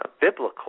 biblical